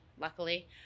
luckily